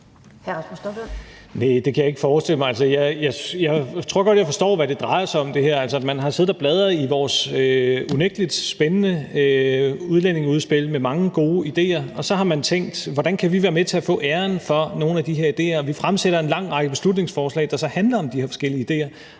jeg tror godt jeg forstår, hvad det her drejer sig om. Man har siddet og bladret i vores unægtelig spændende udlændingeudspil med mange gode idéer, og så har man tænkt, hvordan man kan være med til at få æren for nogen af de idéer, og man fremsætter en lang række beslutningsforslag, der så handler om de her forskellige idéer.